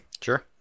Sure